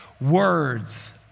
words